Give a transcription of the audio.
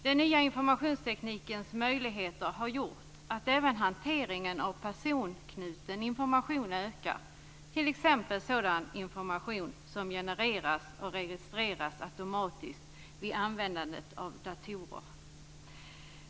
Den nya informationsteknikens möjligheter har gjort att även hanteringen av personknuten information ökar, t.ex. sådan information som genereras och registreras automatiskt vid användandet av datorer.